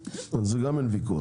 על זה גם אין ויכוח.